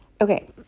Okay